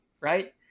right